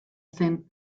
zen